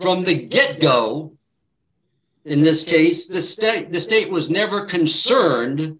from the get go in this case the state the state was never concerned